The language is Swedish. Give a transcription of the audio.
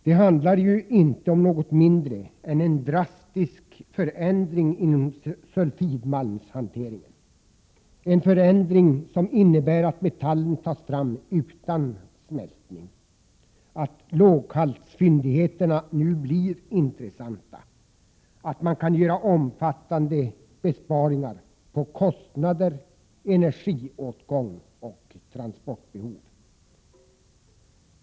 Det handlar ju inte om något mindre än en drastisk förändring inom sulfidmalmshanteringen — en förändring som innebär att metallen tas fram utan smältning, att låghaltsfyndigheterna nu blir intressanta, att man kan göra omfattande besparingar i fråga om kostnader, energiåtgång och transportbehov.